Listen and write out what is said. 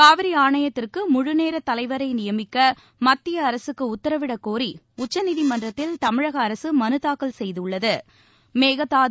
காவிரிஆணைத்திற்குமுழுநோத் தலைவரைநியமிக்கமத்தியஅரசுக்குஉத்தரவிடக் கோரிடச்சநீதிமன்றத்தில் தமிழகஅரசுமனுதாக்கல் செய்துள்ளது